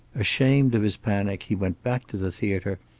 ashamed of his panic he went back to the theater,